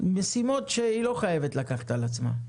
משימות שהיא לא חייבת לקחת על עצמה.